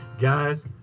Guys